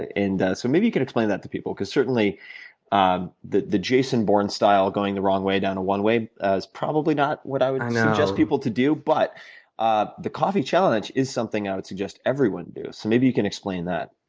and and so, maybe you could explain that to people, because certainly um the the jason bourne style of going the wrong way down a one way is probably not what i would suggest people to do, but ah the coffee challenge is something i would suggest everyone do. so, maybe you can explain that.